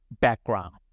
background